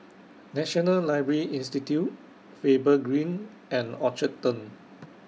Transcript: National Library Institute Faber Green and Orchard Turn